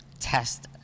test